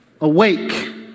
awake